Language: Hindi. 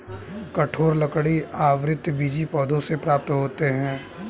कठोर लकड़ी आवृतबीजी पौधों से प्राप्त होते हैं